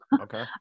Okay